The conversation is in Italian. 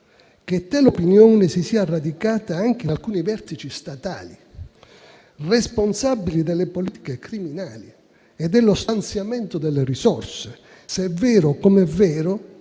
che tale opinione si sia radicata anche in alcuni vertici statali responsabili delle politiche criminali e dello stanziamento delle risorse, se è vero, com'è vero,